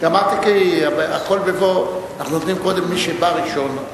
אנחנו נותנים קודם למי שבא ראשון.